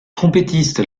trompettiste